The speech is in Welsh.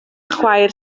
chwaer